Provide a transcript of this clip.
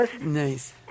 Nice